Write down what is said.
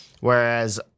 Whereas